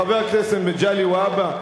חבר הכנסת מגלי והבה,